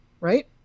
right